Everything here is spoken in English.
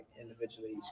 individually